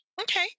Okay